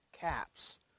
Caps